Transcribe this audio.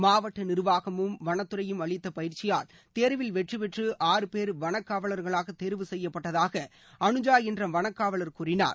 மாவட்ட நிர்வாகமும் வளத்துறையும் அளித்த பயிற்சியால் தேர்வில் வெற்றி பெற்று ஆறு பேர் வனக்காவலர்களாக தேர்வு செய்யப்பட்டதாக அனுஜா என்ற வனக்காவலர் கூறினார்